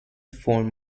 form